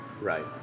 Right